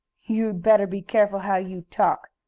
you'd better be careful how you talk!